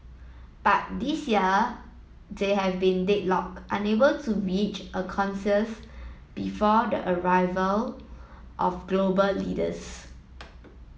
but this year they have been deadlocked unable to reach a conscious before the arrival of global leaders